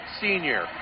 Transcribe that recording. senior